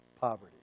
poverty